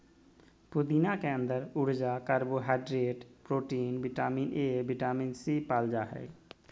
पुदीना के अंदर ऊर्जा, carbohydrate, protein, vitamin A, vitamin C, पाल जा हइ